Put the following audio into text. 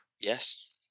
Yes